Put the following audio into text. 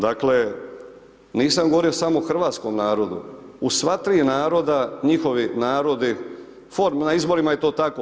Dakle, nisam govorio samo o hrvatskom narodu, u sva tri naroda njihovi narodi na izborima je to tako.